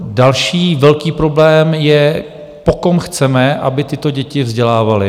Další velký problém je, po kom chceme, aby tyto děti vzdělával.